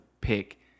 pick